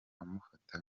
amufata